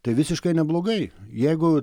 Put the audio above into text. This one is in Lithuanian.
tai visiškai neblogai jeigu